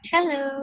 Hello